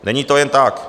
Není to jen tak.